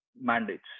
mandates